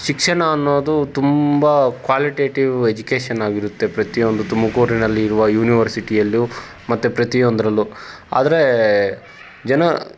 ಶಿಕ್ಷಣ ಅನ್ನೋದು ತುಂಬ ಕ್ವಾಲಿಟೇಟಿವ್ ಎಜುಕೇಶನ್ ಆಗಿರುತ್ತೆ ಪ್ರತಿಯೊಂದು ತುಮಕೂರಿನಲ್ಲಿ ಇರುವ ಯೂನಿವರ್ಸಿಟಿಯಲ್ಲು ಮತ್ತು ಪ್ರತಿಯೊಂದ್ರಲ್ಲು ಆದರೆ ಜನ